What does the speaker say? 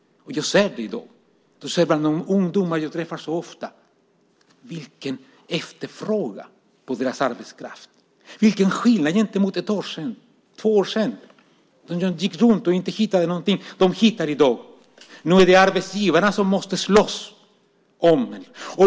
Och jag ser det i dag. Jag ser det bland de ungdomar som jag träffar så ofta. Vilken efterfrågan på deras arbetskraft! Vilken skillnad gentemot för ett år sedan, två år sedan! Då gick de runt och hittade ingenting. I dag hittar de. Nu är det arbetsgivarna som måste slåss.